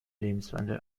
lebenswandel